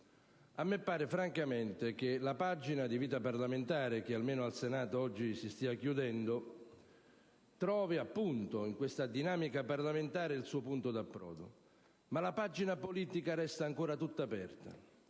a me pare che la pagina di vita parlamentare che, almeno al Senato, si sta oggi chiudendo, trovi - appunto - in questa dinamica parlamentare il suo punto di approdo, mentre la pagina politica resta ancora tutta aperta.